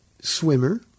swimmer